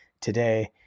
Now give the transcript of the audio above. today